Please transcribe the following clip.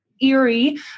eerie